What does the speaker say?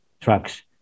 trucks